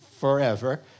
forever